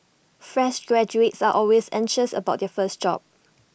fresh graduates are always anxious about their first job